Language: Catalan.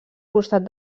costat